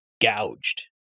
gouged